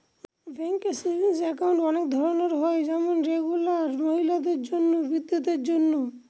ব্যাঙ্কে savings account অনেক ধরনের হয় যেমন রেগুলার, মহিলাদের জন্য, বৃদ্ধদের ইত্যাদি